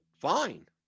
fine